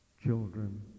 children